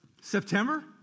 September